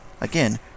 Again